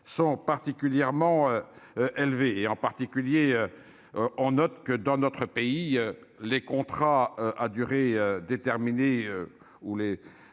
sont particulièrement élevés, et en particulier, on note que dans notre pays, les contrats à durée déterminée ou les